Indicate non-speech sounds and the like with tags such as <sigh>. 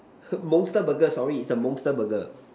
<noise> monster Burger sorry it's a monster Burger